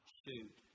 shoot